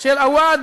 של עוואד